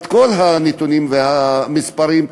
כל הנתונים והמספרים,